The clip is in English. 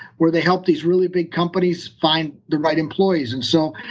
where they help these really big companies find the right employees. and so,